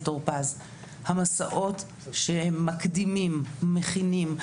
טור פז לגבי המסעות שמקדימים ומכינים.